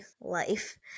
life